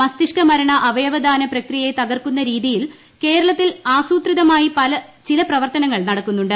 മസ്തിഷ്ക് മ്രണ് അവയവദാന പ്രക്രിയയെ തകർക്കുന്ന രീതിയിൽ കേരളത്തിൽ ആസൂത്രിതമായി ചില പ്രവർത്തനങ്ങൾ നടക്കുന്നുണ്ട്